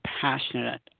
passionate